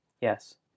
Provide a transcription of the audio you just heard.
Yes